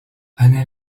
أنا